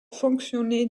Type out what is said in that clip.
fonctionner